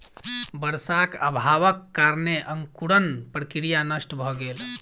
वर्षाक अभावक कारणेँ अंकुरण प्रक्रिया नष्ट भ गेल